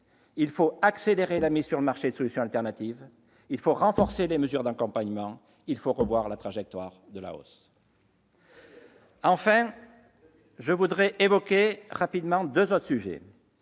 il faut accélérer la mise sur le marché de solutions alternatives, il faut renforcer les mesures d'accompagnement, il faut revoir la trajectoire de la hausse. Très bien ! Tout à fait d'accord ! Enfin, je voudrais évoquer rapidement deux autres sujets.